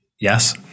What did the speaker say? Yes